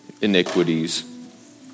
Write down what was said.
iniquities